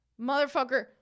motherfucker